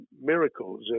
miracles